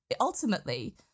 ultimately